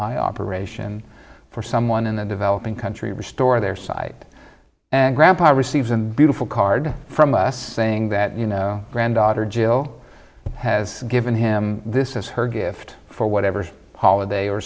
operation for someone in the developing country restore their sight and grandpa receives a beautiful card from us saying that you know granddaughter jill has given him this is her gift for whatever holiday or